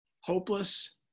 Hopeless